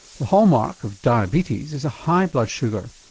the hallmark of diabetes is a high blood sugar,